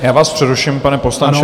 Já vás přeruším, pane poslanče.